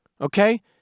Okay